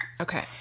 Okay